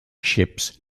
ships